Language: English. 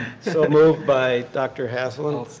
so moved by dr. haslund.